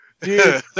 Dude